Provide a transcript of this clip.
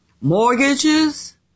mortgages